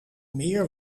meer